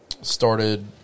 started